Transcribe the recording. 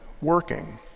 working